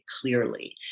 clearly